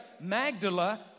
Magdala